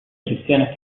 elecciones